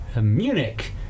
Munich